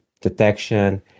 detection